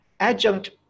adjunct